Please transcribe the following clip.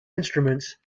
instruments